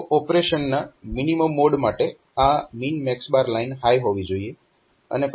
તો ઓપરેશનના minimum mode માટે આ MNMX લાઇન હાય હોવી જોઈએ